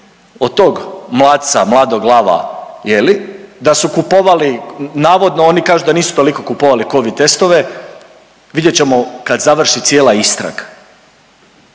od tog mladca, mladog lava je li, da su kupovali, navodno oni kažu da nisu toliko kupovali covid testove, vidjet ćemo kad završi cijela istraga.